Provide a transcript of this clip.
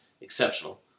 exceptional